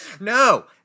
No